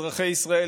אזרחי ישראל,